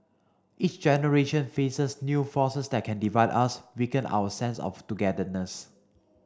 each generation faces new forces that can divide us weaken our sense of togetherness